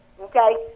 Okay